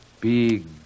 Big